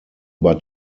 über